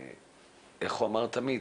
איך הוא אמר תמיד?